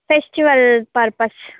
festival purpose